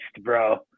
bro